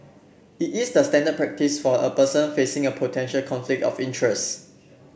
it is the standard practice for a person facing a potential conflict of interest